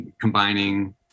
combining